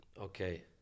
Okay